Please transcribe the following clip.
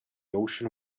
ocean